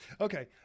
Okay